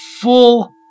full